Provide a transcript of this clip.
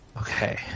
Okay